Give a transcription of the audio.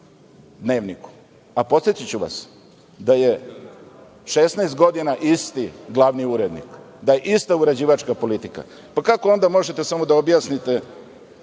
Dnevniku, a podsetiću vas da je 16 godina isti glavni urednik, da je ista uređivačka politika. Pa kako onda možete samo da objasnite